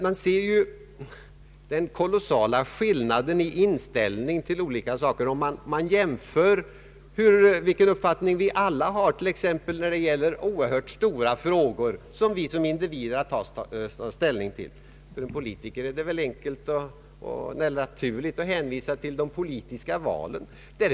Man kan iaktta den kolossala skillnaden i inställning när det gäller oerhört stora frågor som vi individer har att ta ställning till. För politikerna är det naturligt att hänvisa till de politiska valen.